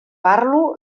parlo